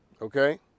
okay